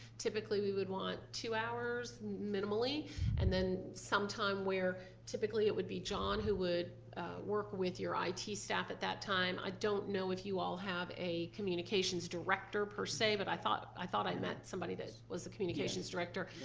typically we would want two hours minimally and then sometime where typically it would be john who would work with your it staff at that time. i don't know if you all have a communications director per se but i thought i thought i met somebody that was the communications director.